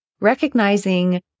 recognizing